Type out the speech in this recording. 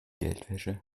geldwäsche